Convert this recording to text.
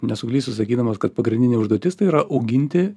nesuklysiu sakydamas kad pagrindinė užduotis tai yra auginti